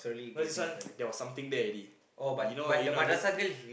no this one there was something there already you know what you know what I mean